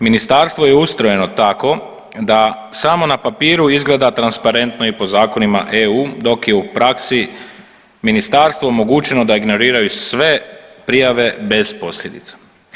Ministarstvo je ustrojeno tako da samo na papiru izgleda transparentno i po zakonima EU, dok je u praksi Ministarstvu omogućeno da ignoriraju sve prijave bez posljedica.